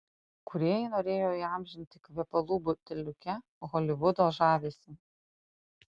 kūrėjai norėjo įamžinti kvepalų buteliuke holivudo žavesį